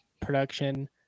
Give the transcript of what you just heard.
production